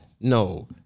No